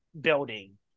building